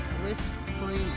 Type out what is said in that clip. risk-free